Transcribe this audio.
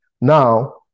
Now